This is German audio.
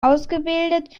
ausgebildet